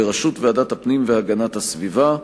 בראשות ועדת הפנים והגנת הסביבה.